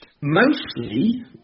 Mostly